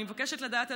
אני מבקשת לדעת,